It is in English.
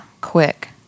quick